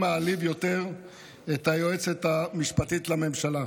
מעליב יותר את היועצת המשפטית לממשלה.